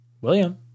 William